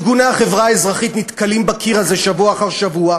ארגוני החברה האזרחית נתקלים בקיר הזה שבוע אחר שבוע.